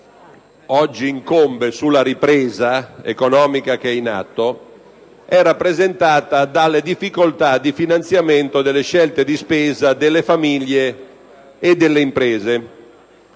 oggi incombe sulla ripresa economica in atto è rappresentata dalle difficoltà di finanziamento delle scelte di spesa delle famiglie e delle imprese.